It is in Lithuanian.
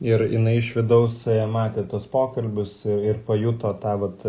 ir jinai iš vidaus matė tuos pokalbius ir pajuto tą vat